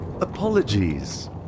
Apologies